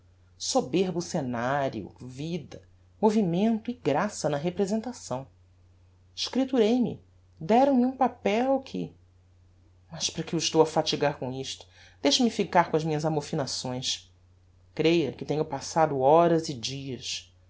soberbo scenario vida movimento e graça na representação escripturei me deram-me um papel que mas para que o estou a fatigar com isto deixe-me ficar com as minhas amofinações creia que tenho passado horas e dias